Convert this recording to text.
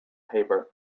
paper